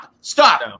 stop